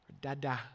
Dada